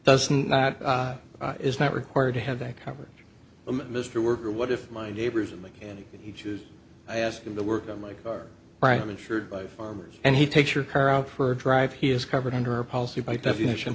doesn't that is not required to have that coverage mr worker what if my neighbor's a mechanic that he chooses i ask him to work on my car right insured by farmers and he takes your car out for a drive he is covered under a policy by definition